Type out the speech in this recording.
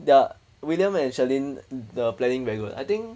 their william and shirlene the planning very good I think